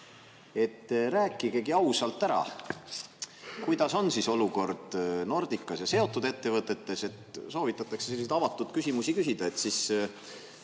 Rääkige ausalt ära, kuidas on siis olukord Nordicas ja sellega seotud ettevõtetes. Soovitatakse selliseid avatud küsimusi küsida,